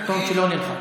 לא נלחץ, לכתוב שלא נלחץ.